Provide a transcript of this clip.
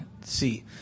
see